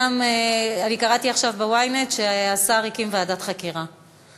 גם קראתי עכשיו ב-ynet שהשר הקים ועדת חקירה.